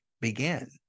begin